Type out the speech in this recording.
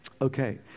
okay